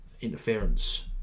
interference